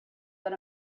that